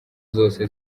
zose